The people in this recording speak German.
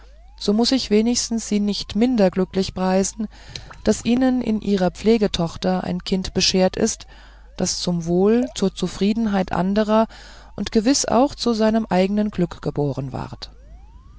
so muß ich wenigstens sie nicht minder glücklich preisen daß ihnen in ihrer pflegetochter ein kind beschert ist das zum wohl zur zufriedenheit anderer und gewiß auch zu seinem eigenen glück geboren ward